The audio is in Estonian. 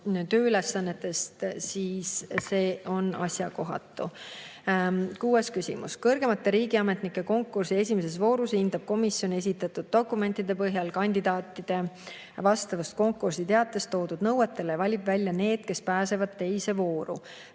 tööülesannetest, siis see on asjakohatu. Kuues küsimus: "Kõrgemate riigiametnike konkursi esimeses voorus hindab komisjon esitatud dokumentide põhjal kandidaatide vastavust konkursiteates toodud nõuetele ja valib välja need, kes pääsevad teise vooru.